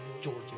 Georgia